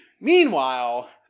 Meanwhile